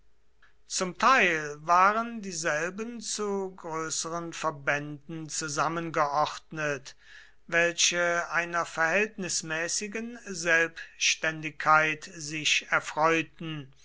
zum teil waren dieselben zu größeren verbänden zusammengeordnet welche einer verhältnismäßigen selbständigkeit sich erfreuten